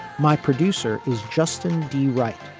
my producer is justin d, right.